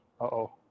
Uh-oh